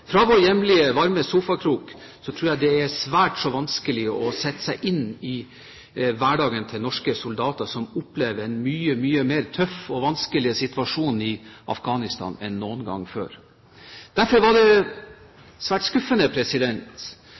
fra vår hjemlige, varme sofakrok tror jeg det er svært så vanskelig å sette seg inn i hverdagen til norske soldater som opplever en mye mer tøff og vanskelig situasjon i Afghanistan enn noen gang før. Derfor var det svært skuffende